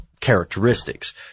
characteristics